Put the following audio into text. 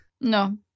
No